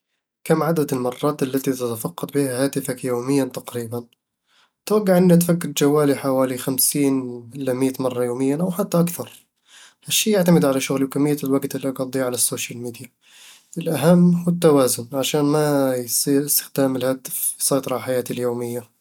كم عدد المرات التي تتفقد بها هاتفك يوميًا تقريبًا؟ أتوقع اني اتفقد جوالي حوالي خمسين إلى مية مرة يوميًا أو حتى أكثر هالشي يعتمد على شغلي، وكمية الوقت اللي اقضيه على السوشال ميديا. الأهم هو التوازن، عشان ما يصير استخدام الهاتف يسيطر على حياتي اليومية